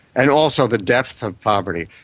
and also the depth of poverty,